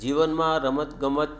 જીવનમાં રમત ગમત